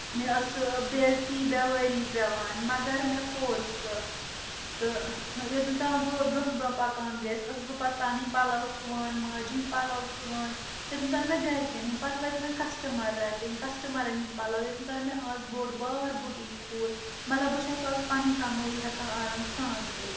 مےٚ ٲس بے عزتی بیٚوٲری پٮ۪وان مگر مےٚ کوٚر سُہ تہٕ یوٚتَن تام بہٕ برونٛہہ برونٛہہ پکان گٔیس ٲسس بہٕ پتہٕ پنٕنۍ پلو سُوان ماجہِ ہنٛدۍ پلو سُوان یوٚتَن تانۍ مےٚ گر کٮ۪ن ہنٛدۍ پتہٕ لٲگۍ مےٚ کسٹمر رٹٕنۍ کسٹمرن ہٕنٛدۍ پلو یوٚتتھ تانۍ مےٚ از بوٚڑ بار بُٹیٖک کھوٗل مطلب بہٕ چھس از پنٕنۍ کمٲے ہکان آرام سان کٔرِتھ